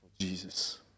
Jesus